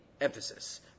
emphasis